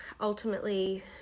ultimately